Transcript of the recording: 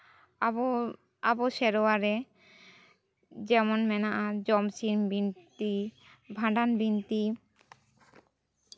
ᱟᱵᱚ ᱟᱵᱚ ᱥᱮᱨᱣᱟ ᱨᱮ ᱡᱮᱢᱚᱱ ᱢᱮᱱᱟᱜᱼᱟ ᱡᱚᱢ ᱥᱤᱢ ᱵᱤᱱᱛᱤ ᱵᱷᱟᱸᱰᱟᱱ ᱵᱤᱱᱛᱤ